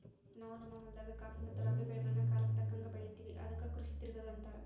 ನಾವು ನಮ್ಮ ಹೊಲದಾಗ ಖಾಫಿ ಮತ್ತೆ ರಾಬಿ ಬೆಳೆಗಳ್ನ ಕಾಲಕ್ಕತಕ್ಕಂಗ ಬೆಳಿತಿವಿ ಅದಕ್ಕ ಕೃಷಿ ತಿರಗದು ಅಂತಾರ